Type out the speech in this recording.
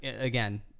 again